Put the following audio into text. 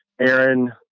Aaron